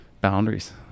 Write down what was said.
Boundaries